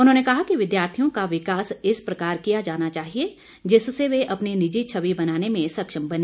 उन्होंने कहा कि विद्यार्थियों का विकास इस प्रकार किया जाना चाहिए जिससे वे अपनी निजी छवि बनाने में सक्षम बने